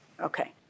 Okay